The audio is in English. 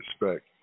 Respect